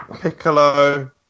Piccolo